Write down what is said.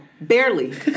barely